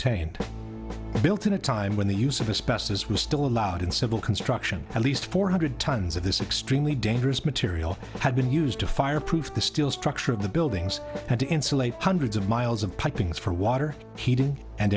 contained built in a time when the use of us best as was still allowed in civil construction at least four hundred tons of this extremely dangerous material had been used to fireproof the steel structure of the buildings and to insulate hundreds of miles of pipe things for water heating and